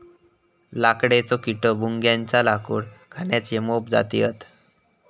लाकडेचो किडो, भुंग्याच्या लाकूड खाण्याच्या मोप जाती हत